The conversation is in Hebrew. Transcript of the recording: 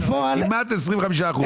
בפועל, אין עסקאות